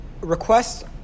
request